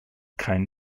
kein